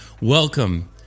Welcome